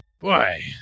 boy